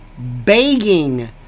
begging